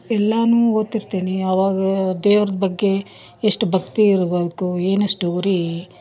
ಎಲ್ಲನೂ ಓದ್ತಿರ್ತೀನಿ ಆವಾಗ ದೇವ್ರ್ದ ಬಗ್ಗೆ ಎಷ್ಟು ಭಕ್ತಿ ಇರಬೇಕು ಏನು ಸ್ಟೋರಿ